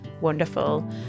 wonderful